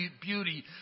beauty